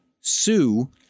sue